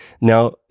Now